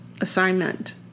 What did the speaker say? assignment